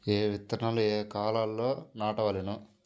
ఏ విత్తనాలు ఏ కాలాలలో నాటవలెను?